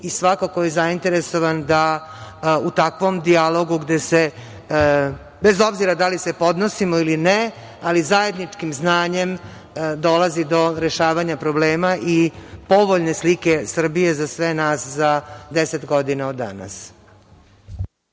i svako ko je zainteresovan da u takvom dijalogu gde se, bez obzira da li se podnosimo ili ne, ali zajedničkim znanjem dolazi do rešavanja problema i povoljne slike Srbije za sve nas za deset godina od danas.